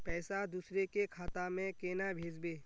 पैसा दूसरे के खाता में केना भेजबे?